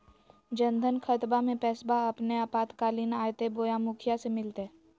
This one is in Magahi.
जन धन खाताबा में पैसबा अपने आपातकालीन आयते बोया मुखिया से मिलते?